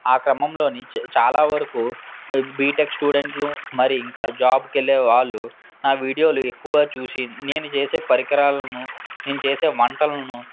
ఆ క్రమంలో చా చాలావరకు బీటెక్ స్టూడెంట్లు మరి ఇంకా జాబ్కి వెళ్ళేవాళ్ళు నా వీడియోలు ఎక్కువ చూసి నేను చేసే పరికరాలను నేను చేసే వంటలను